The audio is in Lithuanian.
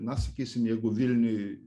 na sakysim jeigu vilniuj